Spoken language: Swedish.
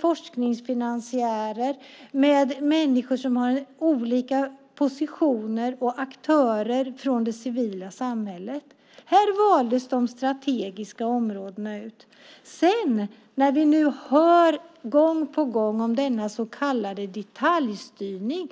forskningsfinansiärer, människor i olika positioner och med aktörer från det civila samhället. Så valdes de strategiska områdena ut. Nu hör vi gång på gång talas om en detaljstyrning.